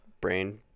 brain